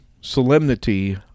Solemnity